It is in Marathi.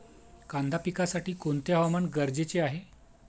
कांदा पिकासाठी कोणते हवामान गरजेचे आहे?